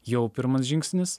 jau pirmas žingsnis